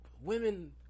women